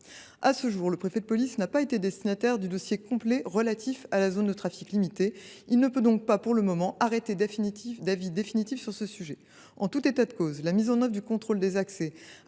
À ce jour, le préfet de police n’a pas été destinataire du dossier complet relatif à la ZTL. Par conséquent, il ne peut pas, pour le moment, arrêter d’avis définitif sur ce sujet. En tout état de cause, la mise en œuvre du contrôle des accès